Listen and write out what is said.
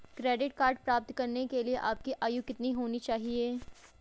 Credit card प्राप्त करने के लिए आपकी आयु कितनी होनी चाहिए?